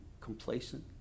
complacent